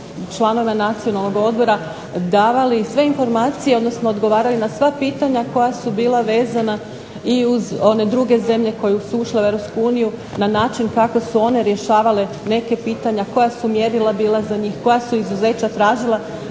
članovima Nacionalnog odbora davali sve informacije odnosno odgovarali na sva pitanja koja su bila vezana i uz one druge zemlje koje su ušle u EU na način kako su one rješavale neka pitanja, koja su mjerila bila za njih, koja su izuzeća tražila